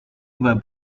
sending